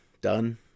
done